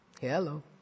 Hello